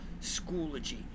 Schoology